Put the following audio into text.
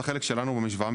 את החלק שלנו במשוואה,